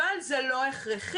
אבל זה לא הכרחי.